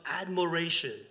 admiration